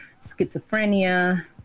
schizophrenia